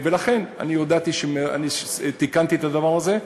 לכן, אני הודעתי שאני תיקנתי את הדבר הזה,